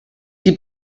die